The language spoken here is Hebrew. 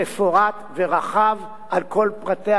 על כל פרטיה ודקדוקיה של הצעת החוק.